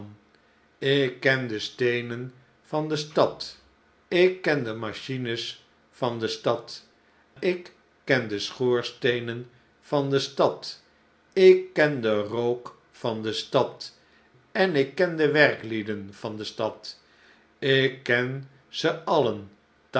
ik ken de steenen van de stad ik ken de machines van de stad ik ken de schoorsteenen van de stad ik ken den rook van de stad en ik ken de werklieden van de stad ik ken ze alien